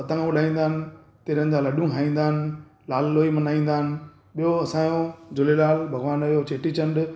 पतंग उड़ाईंदा आहिनि तिरनि जा लॾूं खाईंदा आहिनि लाल लोई मल्हाईंदा आहिनि ॿियों असांयो झूलेलाल भॻवान जो चेटी चंड